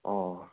अँ